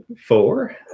four